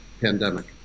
pandemic